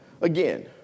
again